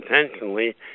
intentionally